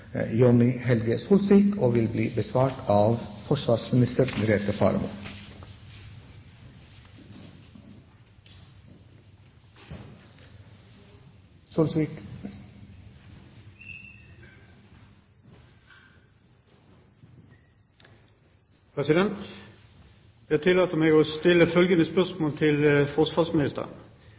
vil bli tatt opp av representanten Jonni Helge Solsvik. Jeg tillater meg å stille følgende spørsmål til forsvarsministeren: